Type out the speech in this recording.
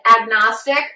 agnostic